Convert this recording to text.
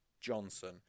Johnson